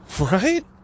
Right